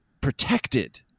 protected